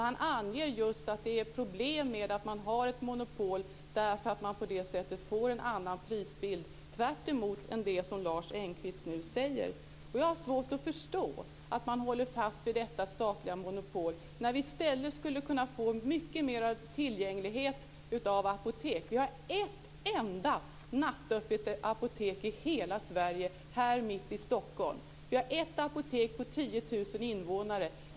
Han anger just att det är problem med att man har ett monopol därför att man på det sättet får en annan prisbild. Det är tvärtemot det som Lars Engqvist nu säger. Jag har svårt att förstå att man håller fast vid detta statliga monopol när vi i stället skulle kunna få mycket mer tillgänglighet till apotek. Vi har ett enda nattöppet apotek i hela Sverige här mitt i Stockholm. Vi har ett apotek på 10 000 invånare.